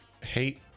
hate